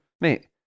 Mate